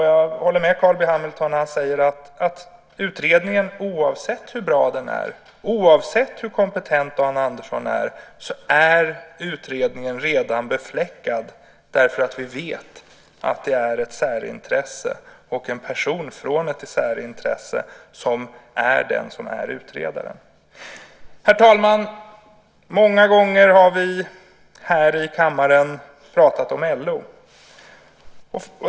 Jag håller med Carl B Hamilton när han säger att oavsett hur bra utredningen är och oavsett hur kompetent Dan Andersson är, är utredningen redan befläckad därför att vi vet att utredaren är en person från ett särintresse. Herr talman! Många gånger har vi här i kammaren pratat om LO.